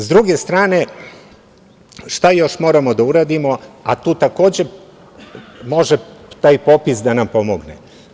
S druge strane, šta još moramo da uradimo, a tu takođe može taj popis da nam pomogne?